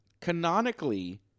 Canonically